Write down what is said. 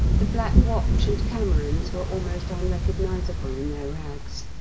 the black watch and camerons were almost unrecognisable in their rags.